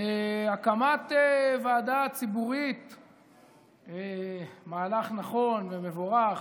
הקמת ועדה ציבורית היא מהלך נכון ומבורך,